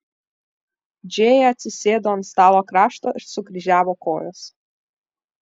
džėja atsisėdo ant stalo krašto ir sukryžiavo kojas